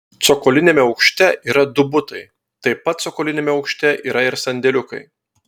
cokoliniame aukšte yra du butai taip pat cokoliniame aukšte yra ir sandėliukai